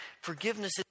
Forgiveness